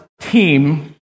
team